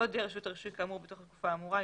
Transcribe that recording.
לא הודיעה רשות הרישוי כאמור בתוך התקופה האמורה,